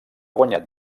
guanyat